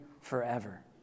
forever